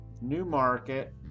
Newmarket